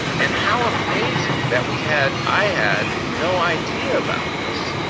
and how amazing that we had. i had no idea about this.